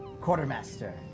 quartermaster